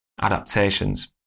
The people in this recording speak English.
adaptations